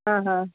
हा हा